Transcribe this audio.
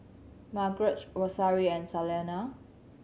Margarett Rosario and Salena